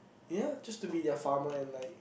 ya just to be their farmer and like